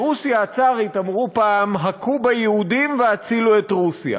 ברוסיה הצארית אמרו פעם: הכו ביהודים והצילו את רוסיה.